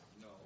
No